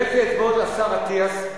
כשהראיתי אתמול לשר אטיאס,